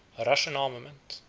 a russian armament,